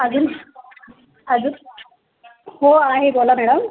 अजून अजून हो आहे बोला मॅडम